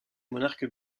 monarques